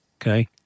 Okay